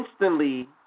instantly